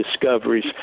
discoveries